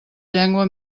llengua